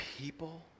people